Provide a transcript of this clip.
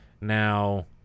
Now